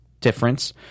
difference